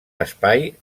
espai